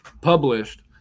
published